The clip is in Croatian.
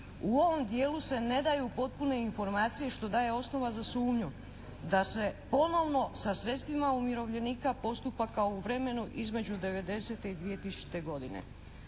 U ovom dijelu se ne daju potpune informacije što daje osnova za sumnju da se ponovno sa sredstvima umirovljenika postupa kao u vremenu između '90. i 2000. godine,